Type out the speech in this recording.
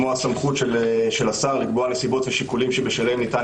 כמו הסמכות של השר לקבוע נסיבות ושיקולים שבשלהם אפשר יהיה ניתן